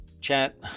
Chat